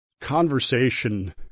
conversation